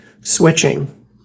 switching